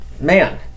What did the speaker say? man